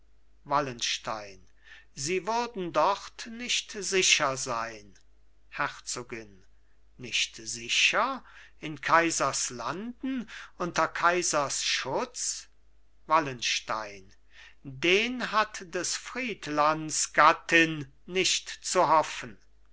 wallenstein sie würden dort nicht sicher sein herzogin nicht sicher in kaisers landen unter kaisers schutz wallenstein den hat des friedlands gattin nicht zu hoffen